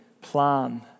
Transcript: plan